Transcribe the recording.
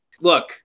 Look